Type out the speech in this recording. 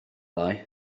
lai